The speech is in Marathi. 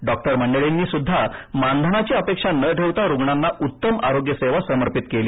डॉक्टर मंडळीनी सुद्धा मानधनाची अपेक्षा न ठेवता रूग्णांना उत्तम आरोग्य सेवा समर्पित केली